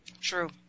True